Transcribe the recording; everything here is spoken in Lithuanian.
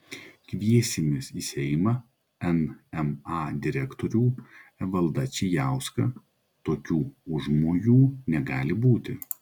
kviesimės į seimą nma direktorių evaldą čijauską tokių užmojų negali būti